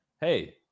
hey